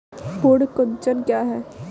पर्ण कुंचन क्या है?